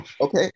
okay